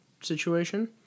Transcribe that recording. situation